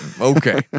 Okay